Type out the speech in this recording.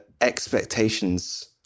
expectations